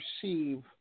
perceive